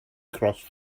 crossed